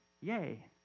Yay